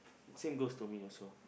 same goes to me also